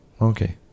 Okay